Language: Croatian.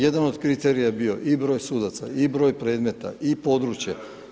Jedan od kriterija je bio i broj sudaca i broj predmeta i područje.